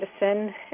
medicine